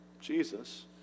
Jesus